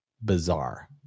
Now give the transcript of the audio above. bizarre